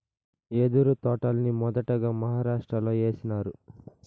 యెదురు తోటల్ని మొదటగా మహారాష్ట్రలో ఏసినారు